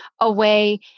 away